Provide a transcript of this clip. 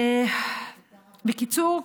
בקיצור,